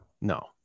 No